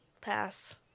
Pass